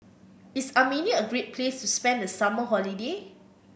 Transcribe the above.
is Armenia a great place to spend the summer holiday